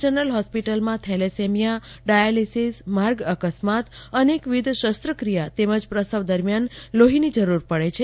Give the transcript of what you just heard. general હોસ્પિટલમાં thalassaemia dialysis માર્ગ અકસ્માત અનેકવિધ શસ્ત્રક્રિયા તેમજ પ્રસવ દરમિયાન લોહીની જરૂર પડે છે